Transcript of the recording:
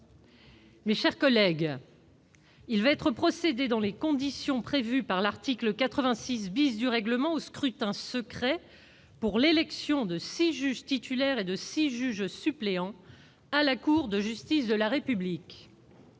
Mes chers collègues, il va être procédé dans les conditions prévues par l'article 86 du règlement au scrutin secret pour l'élection de six juges titulaires et de six juges suppléants à la Cour de justice de la République.